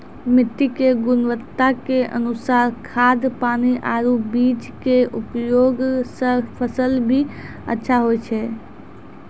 मिट्टी के गुणवत्ता के अनुसार खाद, पानी आरो बीज के उपयोग सॅ फसल भी अच्छा होय छै